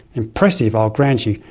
impressive, i'll grant you,